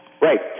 Right